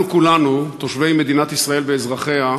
אנחנו כולנו, תושבי מדינת ישראל ואזרחיה,